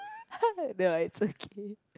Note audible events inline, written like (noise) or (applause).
(noise) never mind ah it's okay